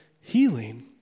healing